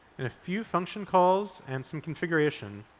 in a few function calls and some configuration,